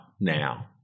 now